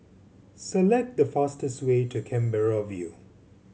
select the fastest way to Canberra View